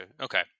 Okay